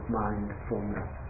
mindfulness